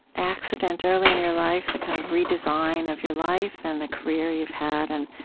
accident early in your life, the kind of redesign of your life, and the career you've had and,